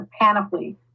panoply